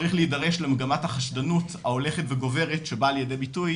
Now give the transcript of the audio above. צריך להידרש למגמת החשדנות ההולכת וגוברת שבאה לידי ביטוי,